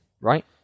right